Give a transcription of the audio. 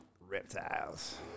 Reptiles